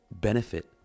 benefit